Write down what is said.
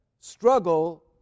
struggle